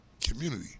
community